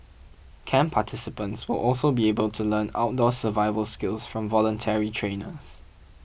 camp participants will also be able to learn outdoor survival skills from voluntary trainers